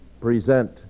present